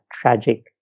tragic